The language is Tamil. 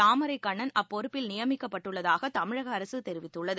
தாமரைக்கண்ணன் அப்பொறுப்பில் நியமிக்கப்பட்டுள்ளதாகதமிழகஅரசுதெரிவித்துள்ளது